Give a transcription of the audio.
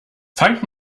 fangt